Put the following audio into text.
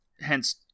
Hence